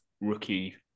Rookie